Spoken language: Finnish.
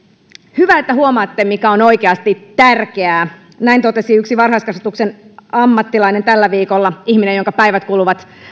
hyvä että huomaatte mikä on oikeasti tärkeää näin totesi yksi varhaiskasvatuksen ammattilainen tällä viikolla ihminen jonka päivät kuluvat